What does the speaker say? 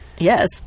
Yes